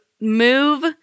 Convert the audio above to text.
move